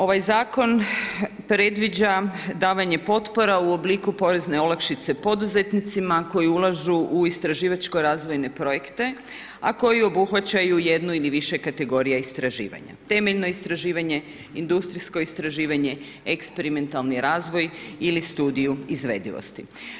Ovaj zakon, predviđa davanje potpora u obliku porezne olakšice poduzetnicima koji ulažu u istraživačko razvojne projekte, a koji obuhvaćaju jednu ili više kategorija istraživanja, temeljno istraživanje, industrijsko istraživanje, eksperimentalni razvoj ili studiju izvedivosti.